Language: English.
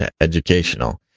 educational